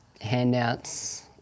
handouts